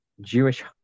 Jewish